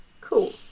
cool